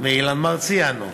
ואילן מרסיאנו.